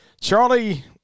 Charlie